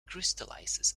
crystallizes